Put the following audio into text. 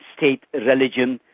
state religion,